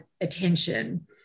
attention